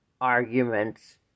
arguments